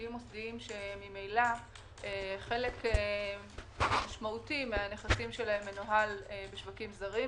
משקיעים מוסדיים שממילא חלק משמעותי מהנכסים שלהם מנוהל בשווקים זרים.